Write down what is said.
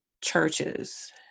churches